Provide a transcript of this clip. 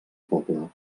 poble